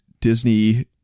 Disney